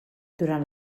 durant